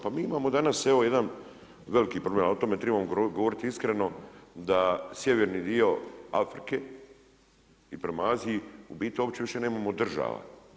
Pa mi imamo danas jedan veliki problema, a o tome trebamo govoriti iskreno, da sjeverni dio Afrike i prema Aziji u biti uopće više nemamo država.